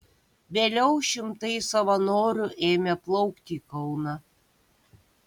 vėliau šimtai savanorių ėmė plaukti į kauną